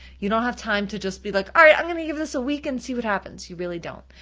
you don't have time to just be like, all right, i'm gonna give this a week and see what happens, you really don't.